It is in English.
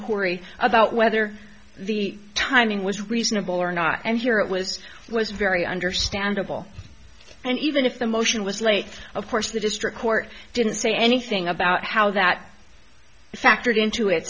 ry about whether the timing was reasonable or not and here it was was very understandable and even if the motion was late of course the district court didn't say anything about how that factored into it